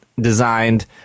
designed